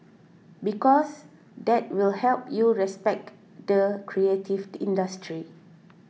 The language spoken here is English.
because that will help you respect the creative industry